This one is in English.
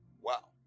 Wow